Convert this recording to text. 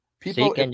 People